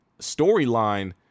storyline